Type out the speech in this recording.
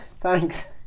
thanks